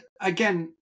again